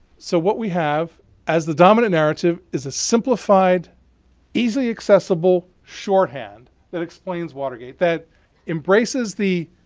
so what we have as the dominant narrative is a simplified easily accessible shorthand that explains watergate, that embraces the